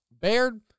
Baird